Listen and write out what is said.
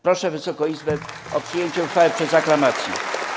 Proszę Wysoką Izbę o przyjęcie uchwały przez aklamację.